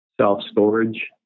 self-storage